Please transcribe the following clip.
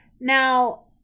Now